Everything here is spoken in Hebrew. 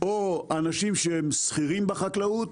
או אנשים שהם שכירים בחקלאות,